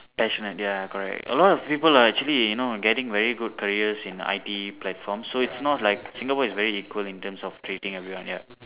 passionate ya correct a lot of people are actually you know getting very good careers in the I_T_E platform so it's not like Singapore is very equal in terms of treating everyone ya